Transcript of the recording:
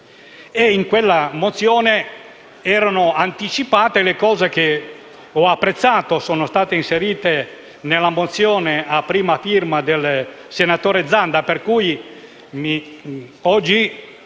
In quella mozione erano anticipati argomenti che poi, ho apprezzato, sono stati inseriti nella mozione a prima firma del senatore Zanda. Per cui oggi,